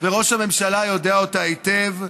וראש הממשלה יודע אותה היטב: